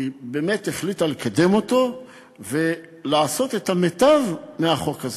והיא באמת החליטה לקדם אותו ולעשות את המיטב מהחוק הזה.